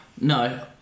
No